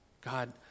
God